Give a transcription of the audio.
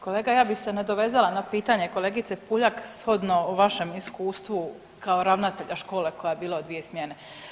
Kolega ja bih se nadovezala na pitanje kolegice Puljak shodno vašem iskustvu kao ravnatelja škole koja je bila u dvije smjene.